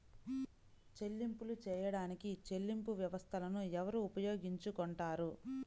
చెల్లింపులు చేయడానికి చెల్లింపు వ్యవస్థలను ఎవరు ఉపయోగించుకొంటారు?